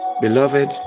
beloved